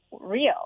real